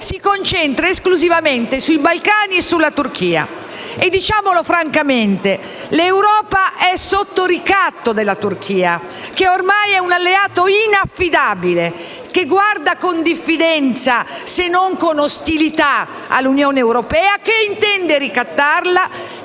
si concentra esclusivamente sui Balcani e sulla Turchia. Diciamolo francamente: l'Europa è sotto ricatto della Turchia, che ormai è un alleato inaffidabile che guarda con diffidenza, se non con ostilità, all'Unione europea, che intende ricattare